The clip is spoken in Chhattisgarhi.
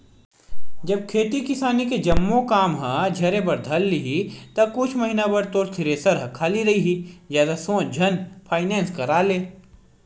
जब खेती किसानी के जम्मो काम ह झरे बर धर लिही ता कुछ महिना बस तोर थेरेसर ह खाली रइही जादा सोच झन फायनेंस करा ले